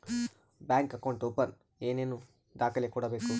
Bank account open ಏನೇನು ದಾಖಲೆ ಕೊಡಬೇಕು?